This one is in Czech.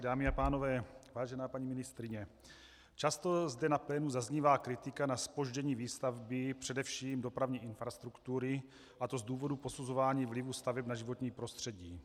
Dámy a pánové, vážená paní ministryně, často zde na plénu zaznívá kritika na zpoždění výstavby především dopravní infrastruktury, a to z důvodu posuzování vlivu staveb na životní prostředí.